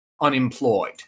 unemployed